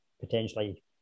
potentially